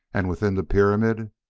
and within the pyramid!